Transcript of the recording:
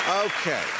Okay